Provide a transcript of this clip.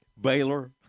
Baylor